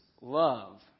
love